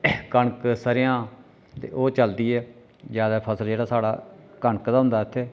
कनक स'रेआं ते ओह् चलदी ऐ जैदा फसल जेह्ड़ा साढ़ा कनक दा होंदा इत्थै